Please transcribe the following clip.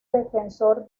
defensor